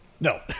No